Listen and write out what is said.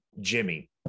Jimmy